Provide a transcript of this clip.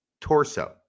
torso